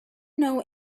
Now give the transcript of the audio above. know